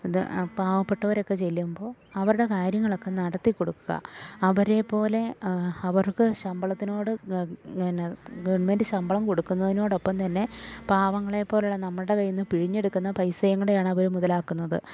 ഇത് അ പാവപ്പെട്ടവരൊക്ക ചെല്ലുമ്പോൾ അവരുടെ കാര്യങ്ങളൊക്കെ നടത്തി കൊടുക്കുക അവരെ പോലെ അവർക്ക് ശമ്പളത്തിനോട് ഗവൺമെൻറ്റ് ശമ്പളം കൊടുക്കുന്നതിനോടൊപ്പം തന്നെ പാവങ്ങളെ പോലുള്ള നമ്മളുടെ കയ്യിൽ നിന്ന് പിഴിഞ്ഞെടുക്കുന്ന പൈസയും കൂടെ ആണവര് മുതലാക്കുന്നത്